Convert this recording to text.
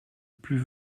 plus